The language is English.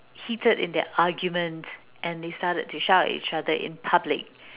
heated in their argument and they started to shout at each other in public